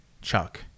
Chuck